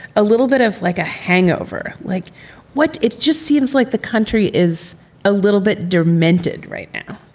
a little bit of like a hangover? like what? it just seems like the country is a little bit demented right now.